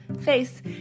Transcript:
face